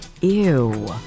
ew